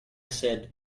said